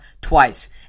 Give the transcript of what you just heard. twice